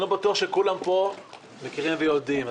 שאני לא בטוח שכולם פה מכירים ויודעים.